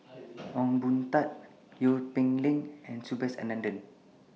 Ong Boon Tat Seow Peck Leng and Subhas Anandan